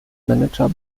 manager